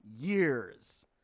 years